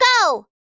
go